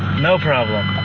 no problem.